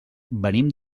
venim